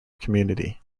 community